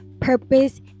purpose